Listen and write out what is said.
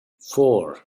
four